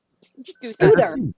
Scooter